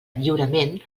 lliurement